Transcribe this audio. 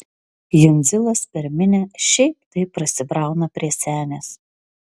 jundzilas per minią šiaip taip prasibrauna prie senės